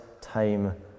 time